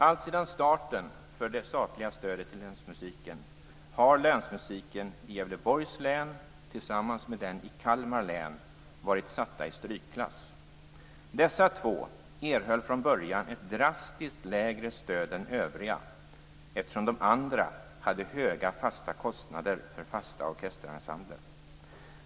Alltsedan starten för det statliga stödet till länsmusiken har länsmusiken i Gävleborgs län tillsammans med den i Kalmar län varit satt i strykklass. Dessa två erhöll från början ett drastiskt lägre stöd än övriga, eftersom de andra hade höga fasta kostnader för fasta orkesterensembler.